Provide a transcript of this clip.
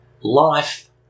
life